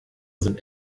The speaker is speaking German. sind